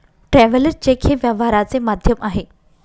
traveller cheque हे व्यवहाराचे माध्यम आहे